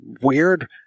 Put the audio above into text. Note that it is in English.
weird